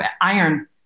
iron